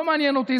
לא מעניין אותי,